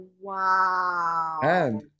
wow